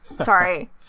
Sorry